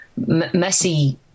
Messi